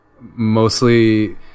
Mostly